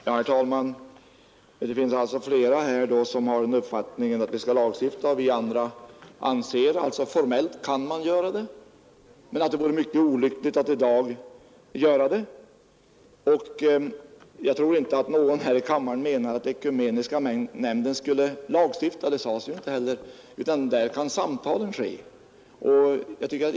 Herr talman! Det finns alltså flera här som har uppfattningen att vi skall lagstifta, och vi andra anser att man formellt kan göra det men att det vore mycket olyckligt att göra det i dag. Jag tror inte att någon här i kammaren menar att Fkumeniska nämnden skulle lagstifta — det sades ju inte heller — utan där kan samtalen ske.